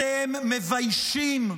אתם מביישים,